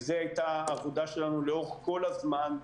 זו היתה העבודה שלנו לאורך כל הזמן.